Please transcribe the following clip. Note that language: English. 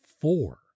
four